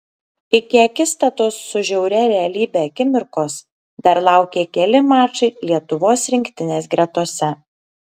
iki akistatos su žiauria realybe akimirkos dar laukė keli mačai lietuvos rinktinės gretose